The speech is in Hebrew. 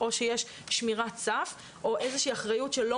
או שיש שמירת סף או איזו שהיא אחריות שלא